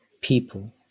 people